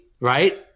right